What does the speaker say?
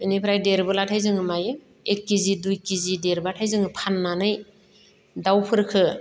एनिफ्राय देरबोलाथाय जोङो मायो एक केजि दुइ केजि देरब्लाथाय जोङो फाननानै दाउफोरखो